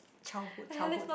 childhood childhood